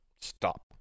stop